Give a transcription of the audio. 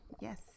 Yes